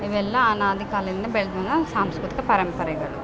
ಇವೆಲ್ಲಾ ಅನಾದಿ ಕಾಲದಿಂದ ಬೆಳ್ದು ಬಂದ ಸಾಂಸ್ಕೃತಿಕ ಪರಂಪರೆಗಳು